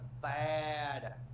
bad